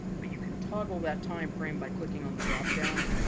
but you can toggle that time frame by clicking on the dropdown,